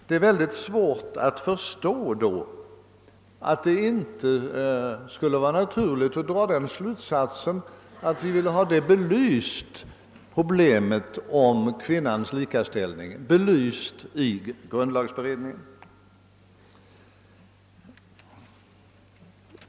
Då är det mycket svårt att förstå att det inte skulle vara naturligt att få problemet om kvinnans likställighet i en monarki belyst i grundlagberedningen.